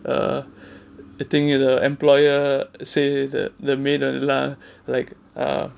err I think the employer say the the maid எல்லாம்:ellam lah like uh